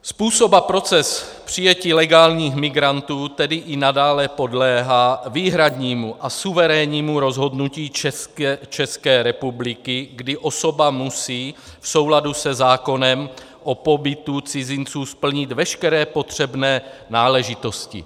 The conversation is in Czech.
Způsob a proces přijetí legálních migrantů tedy i nadále podléhá výhradnímu a suverénnímu rozhodnutí České republiky, kdy osoba musí v souladu se zákonem o pobytu cizinců splnit veškeré potřebné náležitosti.